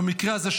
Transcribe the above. במקרה הזה,